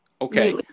Okay